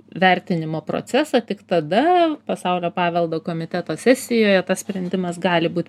vertinimo procesą tik tada pasaulio paveldo komiteto sesijoje tas sprendimas gali būt